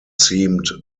seemed